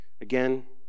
again